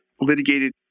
litigated